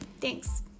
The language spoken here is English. Thanks